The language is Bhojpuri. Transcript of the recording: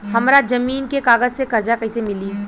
हमरा जमीन के कागज से कर्जा कैसे मिली?